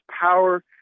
power